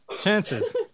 chances